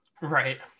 right